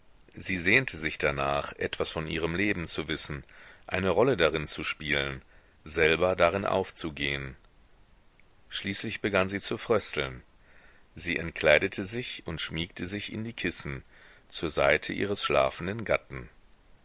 sie sehnte sich darnach etwas von ihrem leben zu wissen eine rolle darin zu spielen selber darin aufzugehen schließlich begann sie zu frösteln sie entkleidete sich und schmiegte sich in die kissen zur seite ihres schlafenden gatten